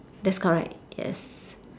that's correct yes